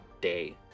day